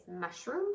mushroom